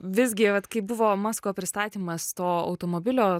visgi vat kai buvo masko pristatymas to automobilio